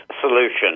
solution